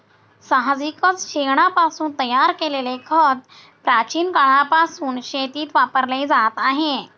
साहजिकच शेणापासून तयार केलेले खत प्राचीन काळापासून शेतीत वापरले जात आहे